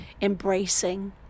embracing